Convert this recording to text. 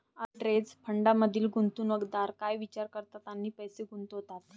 Arbitrage फंडांमधील गुंतवणूकदार काय विचार करतात आणि पैसे गुंतवतात?